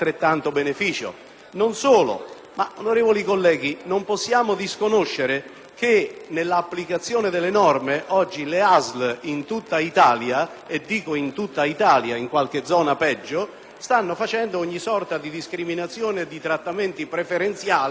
onorevoli colleghi, non possiamo disconoscere che nell'applicazione delle norme oggi le ASL stanno compiendo in tutta Italia (in qualche zona peggio) ogni sorta di discriminazione attuando trattamenti preferenziali, manco a dirlo, a seconda dei legami